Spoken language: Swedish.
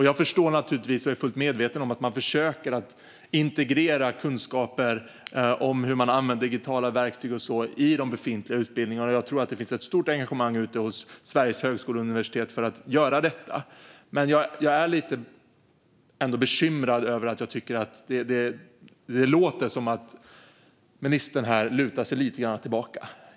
Jag förstår naturligtvis och är fullt medveten om att man försöker integrera kunskaper om hur digitala verktyg används i de befintliga utbildningarna. Jag tror att det finns ett stort engagemang ute hos Sveriges högskolor och universitet för att göra detta. Men jag är ändå bekymrad över att det låter som att ministern här lite grann lutar sig tillbaka.